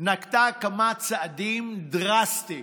נקטה כמה צעדים דרסטיים.